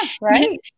Right